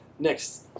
next